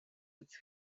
its